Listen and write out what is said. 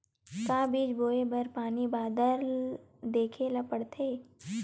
का बीज बोय बर पानी बादल देखेला पड़थे?